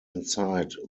inside